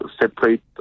separate